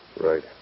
Right